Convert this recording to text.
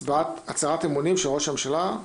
9.הצהרת אמונים של ראש הממשלה,